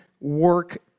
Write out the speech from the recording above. work